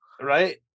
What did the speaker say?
right